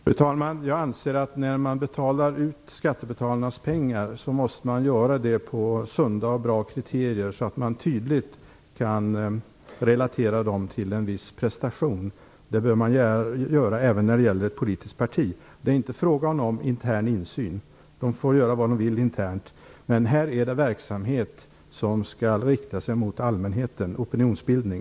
Fru talman! Jag anser att man, när man betalar ut skattebetalarnas pengar måste göra det utifrån sunda och bra kriterier så att pengarna tydligt kan relateras till en viss prestation. Det behöver man göra även när det gäller ett politiskt parti. Det är inte fråga om intern insyn. Man får göra vad de vill internt. Men här är det fråga om verksamhet som skall rikta sig mot allmänheten, opinionsbildning.